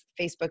Facebook